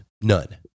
None